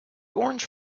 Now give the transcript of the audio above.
orange